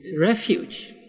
refuge